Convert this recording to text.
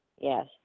yes